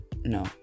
no